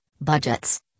budgets